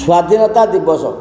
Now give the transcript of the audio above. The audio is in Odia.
ସ୍ଵାଧୀନତା ଦିବସ